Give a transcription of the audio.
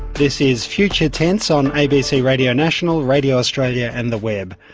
this is future tense on abc radio national, radio australia and the web.